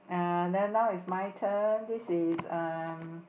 uh then now is my turn this is um